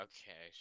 Okay